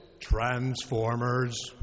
Transformers